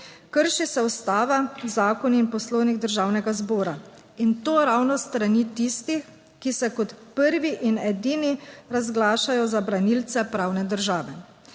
Krši se ustava, zakon in poslovnik Državnega zbora, in to ravno s strani tistih, ki se kot prvi in edini razglašajo za branilce pravne države.